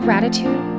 Gratitude